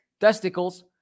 testicles